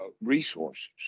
resources